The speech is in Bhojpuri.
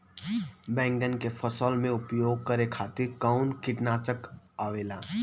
बैंगन के फसल में उपयोग करे खातिर कउन कीटनाशक आवेला?